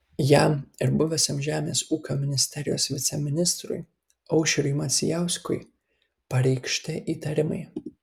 jam ir buvusiam žemės ūkio ministerijos viceministrui aušriui macijauskui pareikšti įtarimai